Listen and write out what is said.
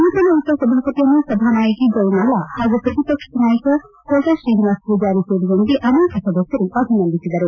ನೂತನ ಉಪಸಭಾಪತಿಯನ್ನು ಸಭಾನಾಯಕಿ ಜಯಮಾಲಾ ಹಾಗೂ ಪ್ರತಿಪಕ್ಷದ ನಾಯಕ ಕೋಟಾಶ್ರೀನಿವಾಸ ಮೂಜಾರಿ ಸೇರಿದಂತೆ ಅನೇಕ ಸದಸ್ಗರು ಅಭಿನಂದಿಸಿದರು